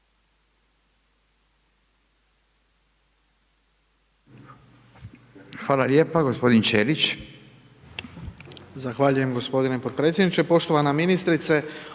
Hvala lijepa gospodine Culej.